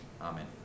Amen